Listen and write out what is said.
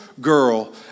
girl